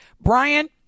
Brian